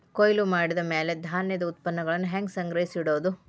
ಕೊಯ್ಲು ಮಾಡಿದ ಮ್ಯಾಲೆ ಧಾನ್ಯದ ಉತ್ಪನ್ನಗಳನ್ನ ಹ್ಯಾಂಗ್ ಸಂಗ್ರಹಿಸಿಡೋದು?